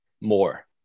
more